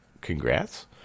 Congrats